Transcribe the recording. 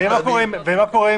מה קורה,